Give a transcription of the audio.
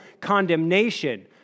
condemnation